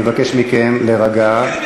אני מבקש מכם להירגע,